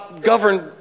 governed